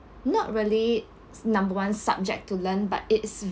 not really number one subject to learn but it's